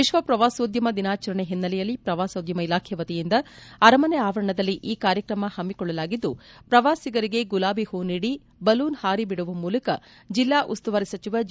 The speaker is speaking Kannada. ವಿಶ್ವ ಪ್ರವಾಸೋದ್ಯಮ ದಿನಾಚಾರಣೆ ಹಿನ್ನೆಲೆಯಲ್ಲಿ ಪ್ರವಾಸೋದ್ಯಮ ಇಲಾಖೆ ವತಿಯಿಂದ ಅರಮನೆ ಆವರಣದಲ್ಲಿ ಈ ಕಾರ್ಯಕ್ರಮ ಪಮ್ಮಿಕೊಳ್ಳಲಾಗಿದ್ದು ಪ್ರವಾಸಿಗರಿಗೆ ಗುಲಾಬಿ ಹೂ ನೀಡಿ ಬಲೂನ್ ಹಾರಿ ಬಿಡುವ ಮೂಲಕ ಜಿಲ್ಲಾ ಉಸ್ತುವಾರಿ ಸಚಿವ ಜಿ